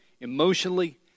emotionally